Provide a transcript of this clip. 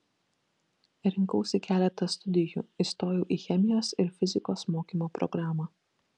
rinkausi keletą studijų įstojau į chemijos ir fizikos mokymo programą